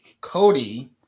Cody